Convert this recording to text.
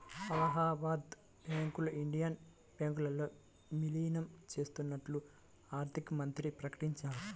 అలహాబాద్ బ్యాంకును ఇండియన్ బ్యాంకులో విలీనం చేత్తన్నట్లు ఆర్థికమంత్రి ప్రకటించారు